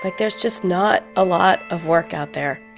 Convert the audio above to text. but there's just not a lot of work out there.